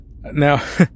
now